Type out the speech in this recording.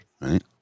right